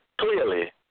clearly